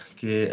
che